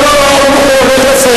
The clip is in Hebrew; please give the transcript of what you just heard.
לא, לא, הוא הולך לסיים.